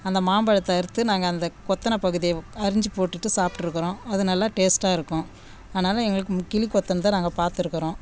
அந்த மாம்பழத்தை அறுத்து நாங்கள் அந்தக் கொத்தின பகுதியயை அரிஞ்சு போட்டுவிட்டு சாப்பிட்ருக்குறோம் அது நல்லா டேஸ்ட்டாக இருக்கும் அதனால் எங்களுக்கு கிளி கொத்துனதை நாங்கள் பார்த்துருக்குறோம்